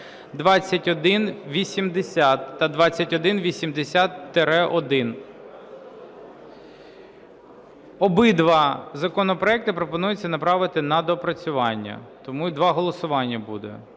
2180 та 2180-1). Обидва законопроекти пропонується направити на доопрацювання, тому і два голосування буде.